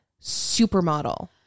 supermodel